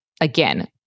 again